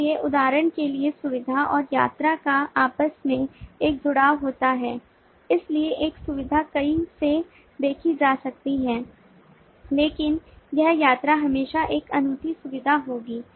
इसलिए उदाहरण के लिए सुविधा और यात्रा का आपस में एक जुड़ाव होता है इसलिए एक सुविधा कई से देखी जा सकती है लेकिन एक यात्रा हमेशा एक अनूठी सुविधा होगी